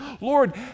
Lord